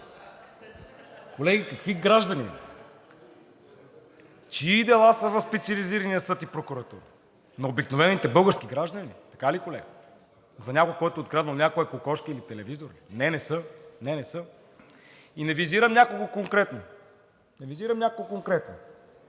Колеги, какви граждани? Чии дела са в Специализирания съд и прокуратура? На обикновените български граждани, така ли, колега? За някой, който е откраднал някоя кокошка или телевизор ли? Не, не са. Не, не са! И не визирам някого конкретно. Не визирам някого конкретно!